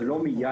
זה לא מיד,